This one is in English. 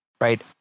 Right